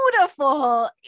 beautiful